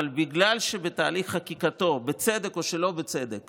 אבל בגלל שבתהליך חקיקתו הוא בצדק או שלא בצדק